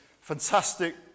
fantastic